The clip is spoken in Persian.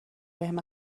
بهم